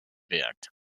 wirkt